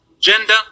gender